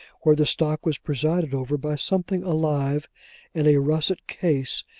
where the stock was presided over by something alive in a russet case,